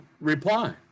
reply